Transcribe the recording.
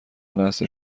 لحظه